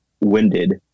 winded